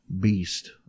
Beast